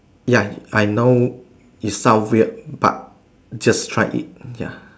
ya I know it sound weird but just try it ya